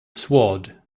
sword